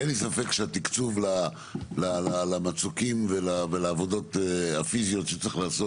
אין לי ספק שהתקצוב למצוקים ולעבודות הפיזיות שצריך לעשות